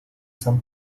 san